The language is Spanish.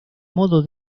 modo